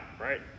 right